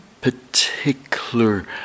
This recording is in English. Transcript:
particular